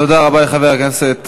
תודה רבה לחבר הכנסת